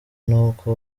n’uko